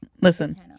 Listen